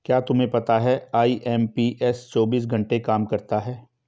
क्या तुम्हें पता है आई.एम.पी.एस चौबीस घंटे काम करता है